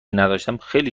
نداشتم، خیلی